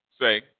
say